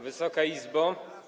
Wysoka Izbo!